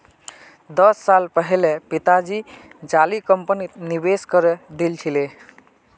दस साल पहले पिताजी जाली कंपनीत निवेश करे दिल छिले